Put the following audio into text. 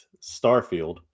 Starfield